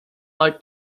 like